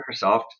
Microsoft